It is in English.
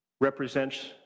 represents